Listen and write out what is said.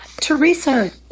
Teresa